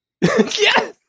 Yes